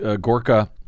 Gorka